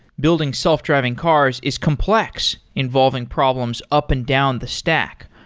building self-driving cars is complex involving problems up and down the stack,